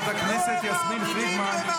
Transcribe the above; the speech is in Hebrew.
בושה --- חברת הכנסת יסמין פרידמן,